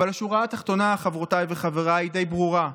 אבל השורה התחתונה, חברותיי וחבריי, היא די ברורה: